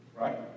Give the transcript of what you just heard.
Right